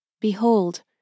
Behold